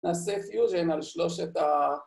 ‫נעשה פיוז'יין על שלושת ה...